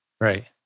Right